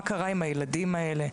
מה קרה עם הילדים האלה?